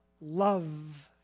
love